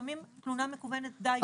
ולפעמים תלונה מקוונת די בה.